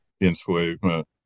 enslavement